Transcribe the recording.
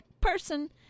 person